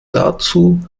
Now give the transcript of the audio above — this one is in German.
dazu